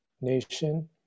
Nation